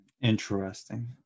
Interesting